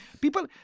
People